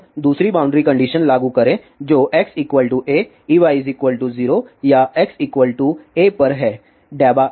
अब दूसरी boundary condition लागू करें जो x a Ey 0 या x a पर है Hz∂x0